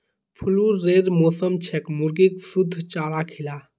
फ्लूरेर मौसम छेक मुर्गीक शुद्ध चारा खिला